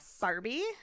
barbie